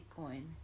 Bitcoin